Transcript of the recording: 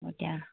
এতিয়া